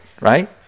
right